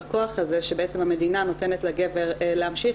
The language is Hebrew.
בכוח הזה שבעצם המדינה נותנת לגבר להמשיך